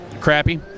crappy